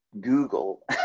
Google